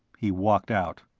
he walked out.